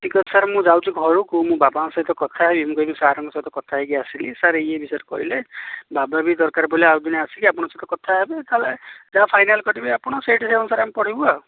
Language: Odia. ଠିକ୍ ଅଛି ସାର୍ ମୁଁ ଯାଉଛି ଘରକୁ ମୋ ବାବାଙ୍କ ସହ କଥା ହେଇ ମୁଁ କହିବି ସାର୍ଙ୍କ ସହ କଥା ହେଇକି ଆସିଲି ସାର୍ ଇଏ ବିଷୟରେ କହିଲେ ବାବା ବି ଦରକାର ପଡ଼ିଲେ ଆଉ ଦିନେ ଆସିକି ଆପଣଙ୍କ ସହିତ କଥା ହେବେ ତା'ପରେ ଯାହା ଫାଇନାଲ୍ କରିବେ ଆପଣ ସେଇଟି ସେଇ ଅନୁସାରେ ଆମେ ପଢ଼ିବୁ ଆଉ